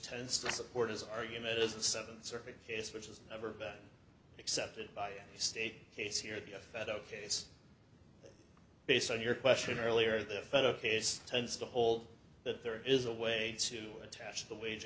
tends to support his argument is the seventh circuit case which has never been accepted by the state case here the a federal case based on your question earlier the federal case tends to hold that there is a way to attach the wage